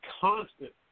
constant